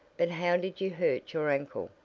but how did you hurt your ankle?